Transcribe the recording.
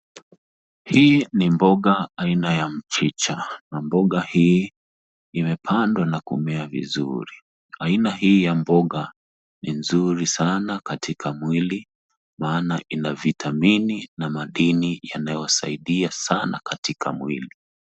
Hii ni mboga aina ya mchicha, na mboga hii imepandwa na kumea vizuri. Aina hii ya mboga ni nzuri sana katika mwili, maana ina vitamini na madini yanayosaidia sana katika mwili.